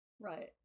Right